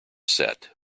set